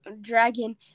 dragon